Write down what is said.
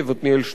עתניאל שנלר,